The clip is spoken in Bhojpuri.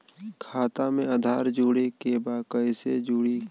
खाता में आधार जोड़े के बा कैसे जुड़ी?